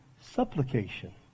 supplication